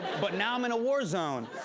but now i'm in a war zone.